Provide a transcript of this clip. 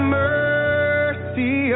mercy